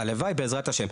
הלוואי, בעזרת ה'.